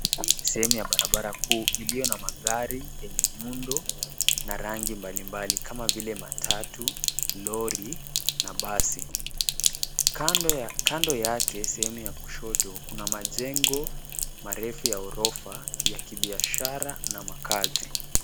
Hii ni sehemu ya barabara kuu iliyo na magari yenye miundo na rangi mbalimbali kama vile matatu, lori na basi. Kando yake sehemu ya kushoto kuna majengo marefu ya ghorofa ya kibiashara na makazi.